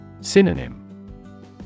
Synonym